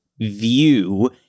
view